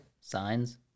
Signs